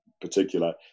particular